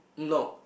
nope